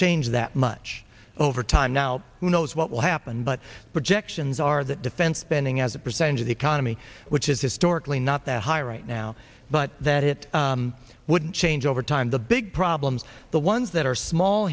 change that much over time now who knows what will happen but projections are that defense spending as a percentage of the economy which is historically not that high right now but that it would change over time the big problems the ones that are small